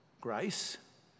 grace